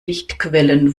lichtquellen